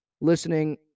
listening